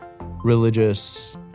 religious